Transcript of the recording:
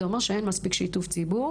זה אומר שאין מספיק שיתוף ציבור,